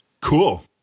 Cool